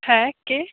হ্যাঁ কে